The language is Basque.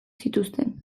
zituzten